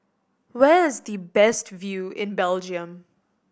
where is the best view in Belgium